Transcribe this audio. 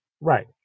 Right